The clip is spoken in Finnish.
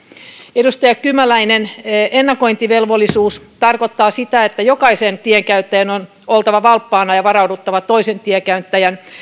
edustaja kymäläinen ennakointivelvollisuus tarkoittaa sitä että jokaisen tienkäyttäjän on oltava valppaana ja varauduttava toisen tienkäyttäjän